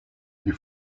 die